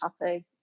happy